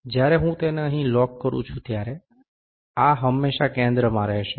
જ્યારે હું તેને અહીં લોક કરું છું ત્યારે આ હંમેશાં કેન્દ્રમાં રહેશે